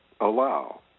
allow